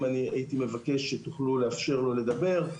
הייתי מבקש שתוכלו לאפשר לו לדבר,